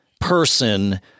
person